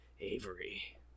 Avery